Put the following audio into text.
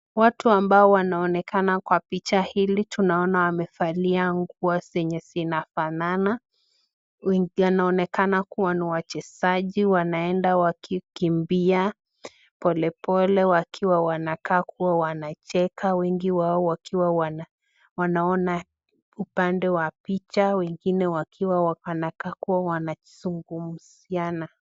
Watu ambao wanaonekana kwa picha hili tunaona wamevalia nguo zenye zinafanana. Yanaonekana kuwa ni wachezaji wanaenda wakikimbia polepole wakiwa wanakaa kuwa wanacheka wengi wao wakiwa wanaona upande wa picha wengine wakiwa wanakaa kuwa wanazungumziana.